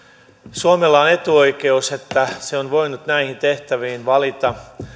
suomella on etuoikeus että se on voinut näihin tehtäviin valita